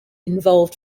involved